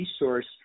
resource